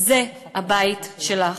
זה הבית שלך.